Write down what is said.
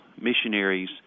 missionaries